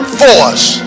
force